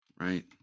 right